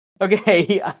Okay